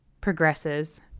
progresses